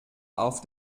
auf